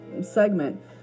segment